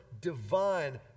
divine